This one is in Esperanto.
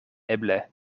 eble